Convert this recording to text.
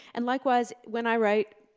and likewise, when i write,